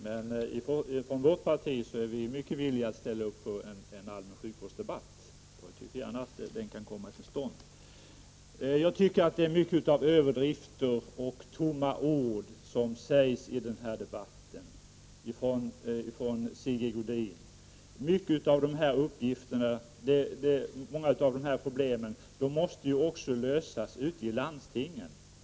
Men vi är från socialdemokratiskt håll mycket villiga att föra en allmän sjukvårdsdebatt, och jag ser mycket gärna att en sådan kommer till stånd. Jag anser att många överdrifter och tomma ord har framförts i denna debatt från Sigge Godin. Många av problemen måste ju lösas ute i landstingen.